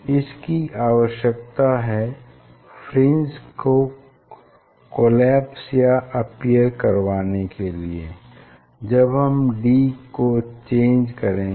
इसकी आवश्यकता है फ्रिंज को कोलैप्स या अपिअर करवाने के लिए जब हम d को चेंज करेंगे